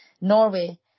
Norway